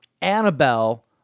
Annabelle